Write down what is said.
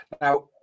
Now